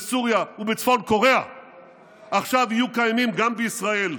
בסוריה ובצפון קוריאה עכשיו יהיו קיימים גם בישראל.